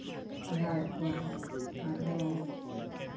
ᱯᱟᱲᱦᱟᱣᱮᱫ ᱠᱣᱟ ᱟᱨᱦᱚᱸ